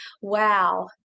wow